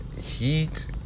Heat